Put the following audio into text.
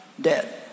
dead